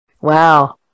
Wow